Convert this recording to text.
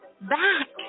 back